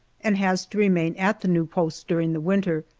and has to remain at the new post during the winter,